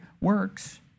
works